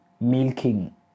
milking